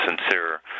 sincere